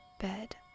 bed